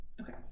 Okay